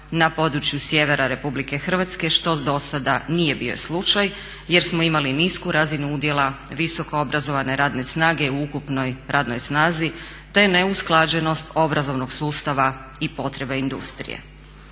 na području sjevera Republike Hrvatske što do sada nije bio slučaj jer smo imali nisku razinu udjela visoko obrazovane radne snage u ukupnoj radnoj snazi te neusklađenost obrazovnog sustava i potreba industrije.